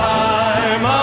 time